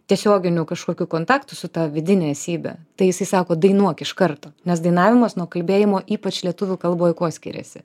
tiesioginiu kažkokiu kontaktu su ta vidine esybe tai jisai sako dainuok iš karto nes dainavimas nuo kalbėjimo ypač lietuvių kalboj kuo skiriasi